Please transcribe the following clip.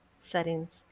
settings